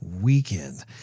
weekend